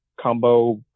combo